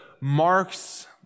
marks